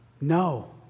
No